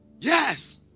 Yes